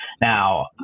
Now